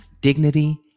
dignity